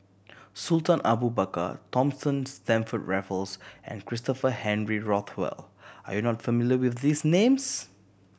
Sultan Abu Bakar Thomas Stamford Raffles and Christopher Henry Rothwell are you not familiar with these names